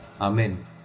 Amen